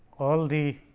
all the